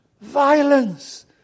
Violence